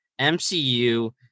MCU